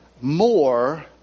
more